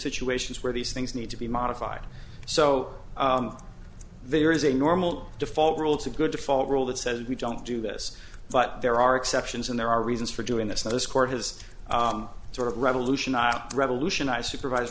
situations where these things need to be modified so there is a normal default rule it's a good default rule that says we don't do this but there are exceptions and there are reasons for doing this that this court has sort of revolutionize revolutionise supervise